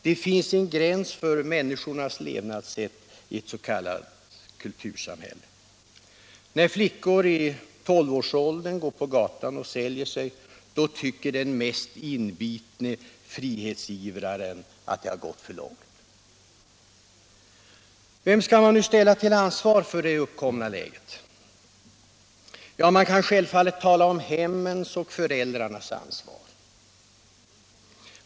Det finns en gräns för människornas levnadssätt i ett s.k. kultursamhälle. När flickor i 12-årsåldern går på gatan och säljer sig, tycker den mest inbitne frihetsivrare att det har gått för långt. Vem skall man nu ställa till ansvar för det uppkomna läget? Ja, man kan självfallet tala om hemmens och föräldrarnas ansvar.